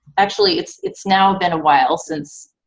actually, it's it's now been a while since